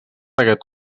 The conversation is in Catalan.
aquest